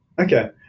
Okay